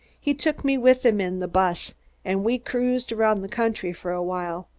he took me with him in the buss and we cruised around the country for a while.